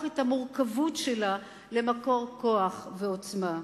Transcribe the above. את המורכבות שלה למקור כוח ועוצמה,